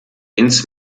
ins